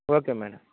okay madam